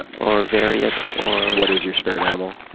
or vary it, or what is your spirit animal?